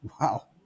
Wow